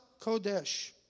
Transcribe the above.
Kodesh